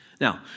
Now